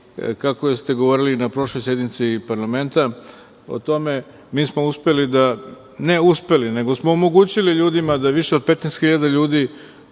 Kako ste govorili na prošloj sednici parlamenta o tome, mi smo uspeli, ne uspeli, nego smo omogućili da više od 15.000 ljudi